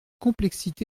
complexité